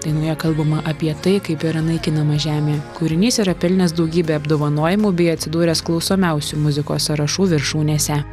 dainoje kalbama apie tai kaip yra naikinama žemė kūrinys yra pelnęs daugybę apdovanojimų bei atsidūręsklausomiausių muzikos sąrašų viršūnėse